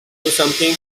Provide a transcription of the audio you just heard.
something